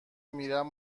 میرم